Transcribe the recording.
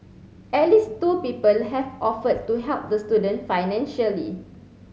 at least two people have offered to help the student financially